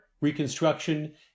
Reconstruction